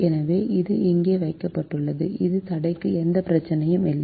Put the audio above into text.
எனவே இது இங்கே வைக்கப்பட்டுள்ளது இந்த தடைக்கு எந்த பிரச்சனையும் இல்லை